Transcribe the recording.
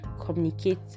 Communicate